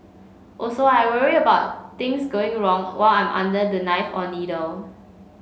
also I worry about things going wrong while I'm under the knife or needle